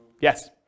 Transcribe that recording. Yes